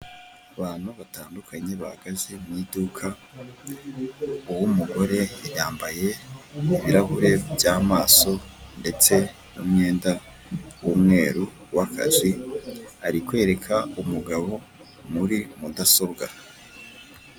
Abantu batandukanye bahagaze mu iduka, uw'umugore yambaye ibirahure by'amaso ndetse n'umwenda w'umweru w'akazi, ari kwereka umugabo muri mudasobwa.